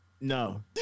No